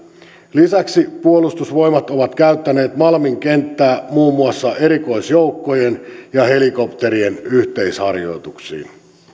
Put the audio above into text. lisäksi puolustusvoimat on käyttänyt malmin kenttää muun muassa erikoisjoukkojen ja helikopterien yhteisharjoituksiin